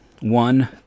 One